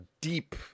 deep